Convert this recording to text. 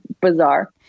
bizarre